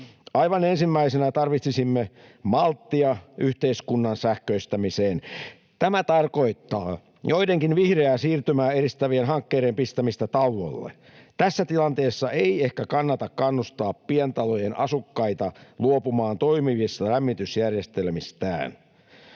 Aivan ensimmäisenä tarvitsisimme malttia yhteiskunnan sähköistämiseen. Tämä tarkoittaa joidenkin vihreää siirtymää edistävien hankkeiden pistämistä tauolle. Tässä tilanteessa ei ehkä kannata kannustaa pientalojen asukkaita luopumaan toimivista lämmitysjärjestelmistään.